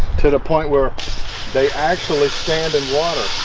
to the point where they actually stand in water